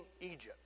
Egypt